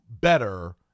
better